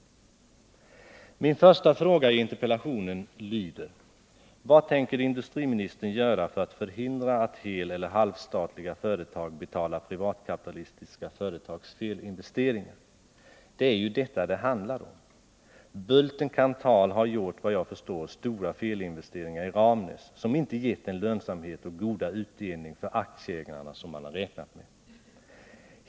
Min första fråga i interpellationen lyder: Tänker industriministern göra något för att förhindra att heleller halvstatliga företag betalar privatkapitalistiska företags felinvesteringar? Det är detta det handlar om. Bulten Kanthal har enligt vad jag förstår gjort stora felinvesteringar i Ramnäs, som inte gett den lönsamhet och goda utdelning för aktieägarna som man räknat med.